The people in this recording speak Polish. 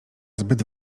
zbyt